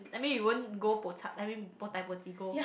I mean you won't go bochup I mean bo dai bo ji go